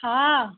हाँ